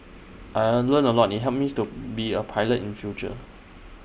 I learnt A lot IT helps me to be A pilot in future